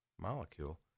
molecule